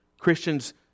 Christians